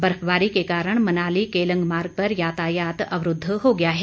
बर्फबारी के कारण मनाली केलंग मार्ग पर यातायात अवरूध हो गया है